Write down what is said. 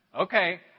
okay